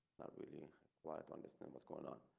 not really quite understand what's going on.